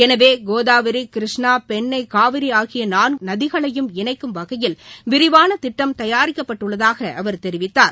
எனவே கோதாவரி கிருஷ்ணா பென்ணை காவிரி ஆகிய நான்கு நதிகளையும் இளைக்கும் வகையில் விரிவான திட்டம் தயாரிக்கப்பட்டுள்ளதாக அவர் தெரிவித்தார்